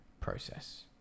process